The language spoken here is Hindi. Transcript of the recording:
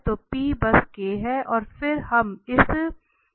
तो बस है और फिर हम इस की गणना कर सकते हैं